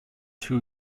two